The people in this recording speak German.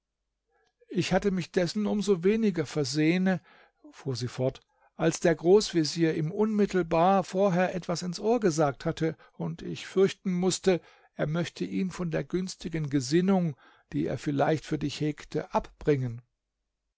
ich hatte mich dessen um so weniger versehene fuhr sie fort als der großvezier ihm unmittelbar vorher etwas ins ohr gesagt hatte und ich fürchten mußte er möchte ihn von der günstigen gesinnung die er vielleicht für dich hegte abbringen